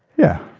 yeah.